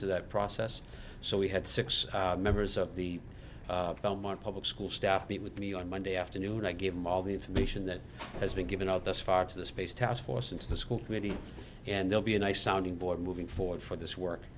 into that process so we had six members of the belmont public school staff meet with me on monday afternoon i gave them all the information that has been given out thus far to the space task force and to the school committee and they'll be a nice sounding board moving forward for this work